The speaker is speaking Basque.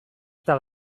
eta